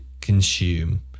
consume